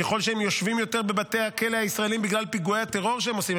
ככל שהם יושבים יותר בבתי הכלא הישראליים בגלל פיגועי הטרור שהם עושים.